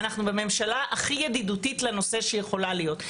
אנחנו בממשלה הכי ידידותית לנושא שיכולה להיות,